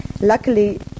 Luckily